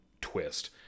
twist